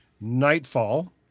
Nightfall